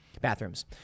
bathrooms